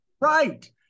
right